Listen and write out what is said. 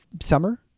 summer